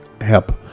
help